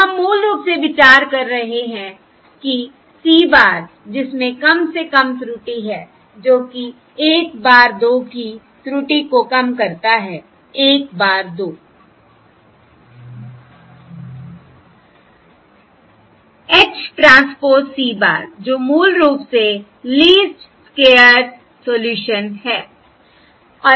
तो हम मूल रूप से विचार कर रहे हैं कि C bar जिसमें कम से कम त्रुटि है जो कि 1 bar 2 की त्रुटि को कम करता है 1 bar 2 H transpose C bar जो मूल रूप से लीस्ट स्क्वेयर्स सोल्यूशन है